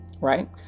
Right